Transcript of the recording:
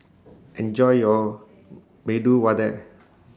Enjoy your Medu Vada